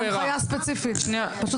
שמעון, אתה